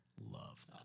love